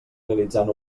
realitzant